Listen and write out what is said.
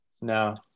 No